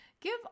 Give